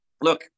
look